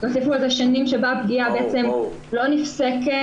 תוסיפו לזה שנים שבה הפגיעה בעצם לא נפסקת,